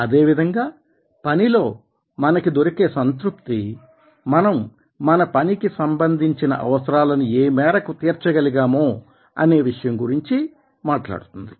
అదేవిధంగా పనిలో మన కి దొరికే సంతృప్తి మనం మన పనికి సంబంధించిన అవసరాలని ఏ మేరకు తీర్చగలిగామో అనే విషయం గురించి మాట్లాడుతుంది